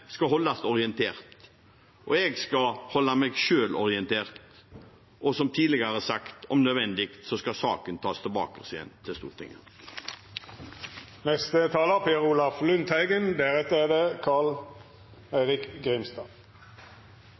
skal kunne justeres om det framkommer urimelige utslag, og Stortinget skal holdes orientert, og jeg skal holde meg selv orientert. Og som tidligere sagt: Om nødvendig skal saken tas tilbake til Stortinget. Det som er